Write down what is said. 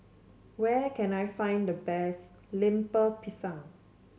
where can I find the best Lemper Pisang